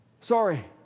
sorry